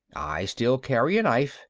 i still carry a knife,